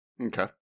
Okay